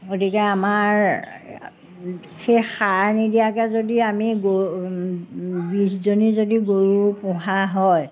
গতিকে আমাৰ সেই সাৰ নিদিয়াকৈ যদি আমি গৰু বিছজনী যদি গৰু পোহা হয়